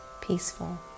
peaceful